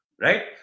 Right